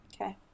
okay